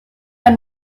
ein